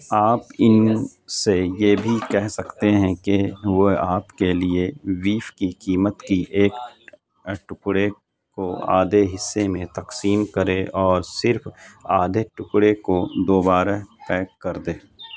آپ ان میں سے یہ بھی کہہ سکتے ہیں کہ وہ آپ کے لیے بیف کی قیمت کی ایک ٹکڑے کو آدھے حصے میں تقسیم کرے اور صرف آدھے ٹکڑے کو دوبارہ پیک کر دے